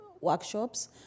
workshops